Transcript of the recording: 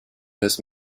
this